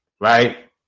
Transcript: right